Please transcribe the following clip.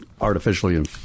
artificially